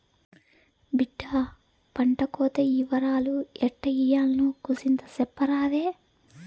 బిడ్డా పంటకోత ఇవరాలు ఎట్టా ఇయ్యాల్నో కూసింత సెప్పరాదే